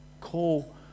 call